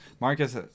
Marcus